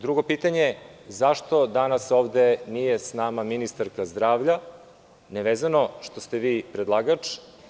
Drugo pitanje, zašto danas nije sa nama ministarka zdravlja nevezano što ste vi predlagač?